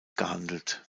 gehandelt